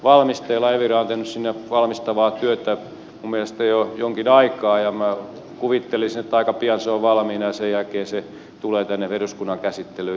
evira on tehnyt valmistavaa työtä minun mielestäni jo jonkin aikaa ja minä kuvittelisin että aika pian se on valmiina ja sen jälkeen se tulee tänne eduskunnan käsittelyyn